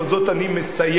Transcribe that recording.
ובזאת אני מסיים: